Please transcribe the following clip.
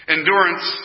Endurance